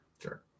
Sure